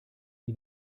die